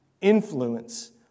influence